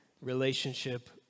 relationship